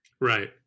right